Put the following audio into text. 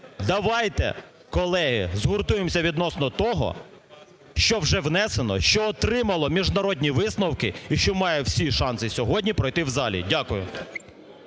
давайте, колеги, згуртуємося відносно того, що вже внесено, що отримало міжнародні висновки і що має всі шанси сьогодні пройти в залі. Дякую.